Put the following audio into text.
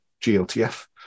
GLTF